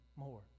More